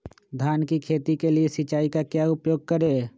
धान की खेती के लिए सिंचाई का क्या उपयोग करें?